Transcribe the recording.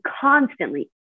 constantly